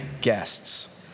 guests